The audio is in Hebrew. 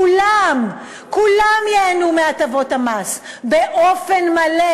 כולם, כולם ייהנו מהטבות המס באופן מלא.